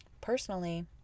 Personally